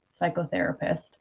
psychotherapist